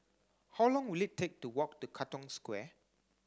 how long will it take to walk to Katong Square